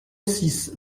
six